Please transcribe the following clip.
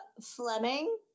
Fleming